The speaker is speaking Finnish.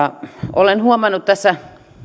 olen huomannut tässä